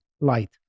light